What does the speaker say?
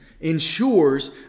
ensures